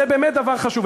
זה באמת דבר חשוב,